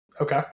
Okay